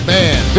man